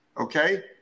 okay